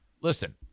listen